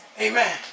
Amen